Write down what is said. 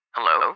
Hello